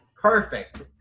Perfect